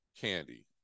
candy